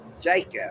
Jacob